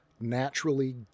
naturally